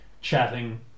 chatting